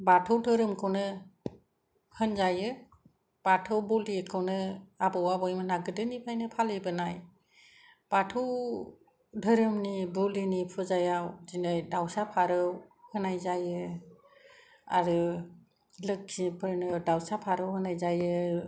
बाथौ धोरोमखौनो होनजायो बाथौ बलिखौनो आबौ आबैमोनहा गोदोनिफ्रायनो फालिबोनाय बाथौ धोरोमनि बलिनि फुजाया दिनै दाउसा फारौ होनाय जायो आरो लोख्खिफोरनो दाउसा फारौ होनाय जायो